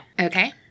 Okay